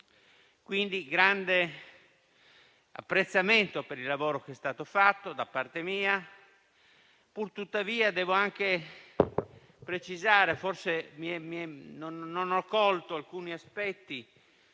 quindi grande apprezzamento per il lavoro che è stato fatto. Tuttavia, devo anche precisare che forse non ho colto alcuni aspetti